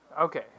Okay